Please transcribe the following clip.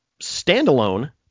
standalone